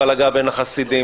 הוא בזבוז ברפואה,